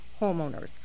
homeowners